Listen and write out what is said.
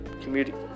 community